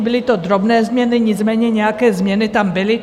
Byly to drobné změny, nicméně nějaké změny tam byly.